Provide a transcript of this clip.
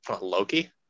Loki